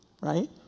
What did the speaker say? right